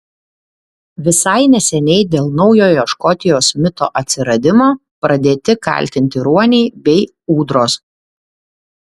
visai neseniai dėl naujojo škotijos mito atsiradimo pradėti kaltinti ruoniai bei ūdros